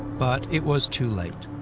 but it was too late.